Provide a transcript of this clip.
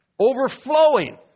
Overflowing